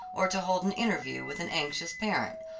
or to hold an interview with an anxious parent,